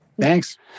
Thanks